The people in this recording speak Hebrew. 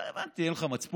לא הבנתי, אין לך מצפון?